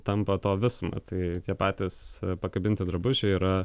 tampa to visuma tai tie patys pakabinti drabužiai yra